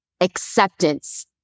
acceptance